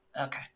Okay